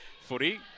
footy